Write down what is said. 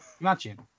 Imagine